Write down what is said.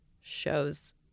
shows